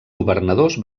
governadors